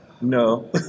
no